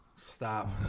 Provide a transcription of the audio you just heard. Stop